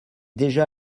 déjà